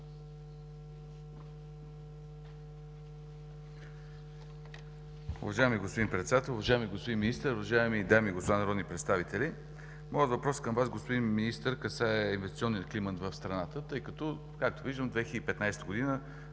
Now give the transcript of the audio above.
Уважаеми господин Председател, уважаеми господин Министър, уважаеми дами и господа народни представители! Моят въпрос към Вас, господин Министър, касае инвестиционния климат в страната, тъй като, както виждам, 2015 г.